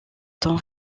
temps